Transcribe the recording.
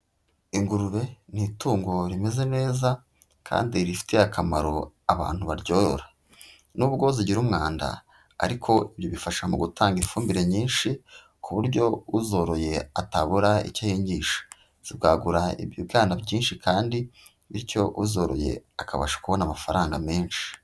Ingurube ni itungo rimeze neza kandi rifitiye akamaro abantu baryorora. Nubwo zigira umwanda ariko ribifasha mu gutanga ifumbire nyinshi ku buryo uzoroye atabura icyo ahingisha. Zibwagura ibibwana byinshi kandi bityo uzoroye akabasha kubona amafaranga menshi.